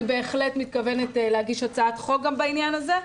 אני בהחלט מתכוונת גם להגיש הצעת חוק בעניין הזה.